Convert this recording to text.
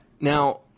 Now